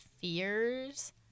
fears